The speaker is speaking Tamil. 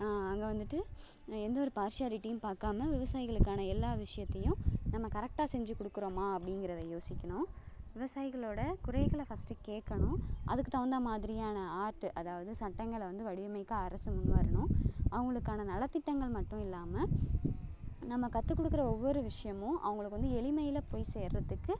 அங்கே வந்துட்டு எந்த ஒரு பார்ஷியாலிட்டியும் பார்க்காம விவசாயிகளுக்கான எல்லா விஷயத்தையும் நம்ம கரெக்டாக செஞ்சுக் கொடுக்குறோமா அப்படிங்கிறத யோசிக்கணும் விவசாயிகளோடய குறைகளை ஃபஸ்ட்டு கேட்கணும் அதுக்கு தகுந்த மாதிரியான ஆர்ட் அதாவது சட்டங்களை வந்து வடிவமைக்க அரசு முன்வரணும் அவர்களுக்கான நலத்திட்டங்கள் மட்டும் இல்லாமல் நம்ம கற்றுக் கொடுக்கற ஒவ்வொரு விஷயமும் அவர்களுக்கு வந்து எளிமையில் போய் சேர்கிறத்துக்கு